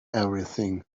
everything